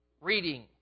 reading